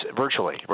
virtually